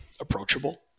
approachable